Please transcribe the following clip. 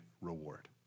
reward